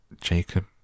Jacob